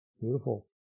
beautiful